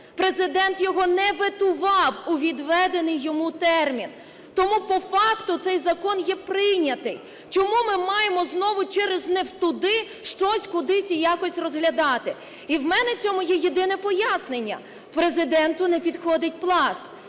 Президент його не ветував у відведений йому термін. Тому по факту цей закон є прийнятий. Чому ми маємо знову через не в туди щось кудись і якось розглядати? І в мене цьому є єдине пояснення: Президенту не підходить Пласт.